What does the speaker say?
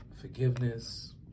Forgiveness